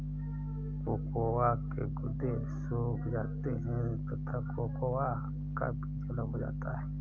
cocoa के गुदे सूख जाते हैं तथा कोकोआ का बीज अलग हो जाता है